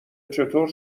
چطور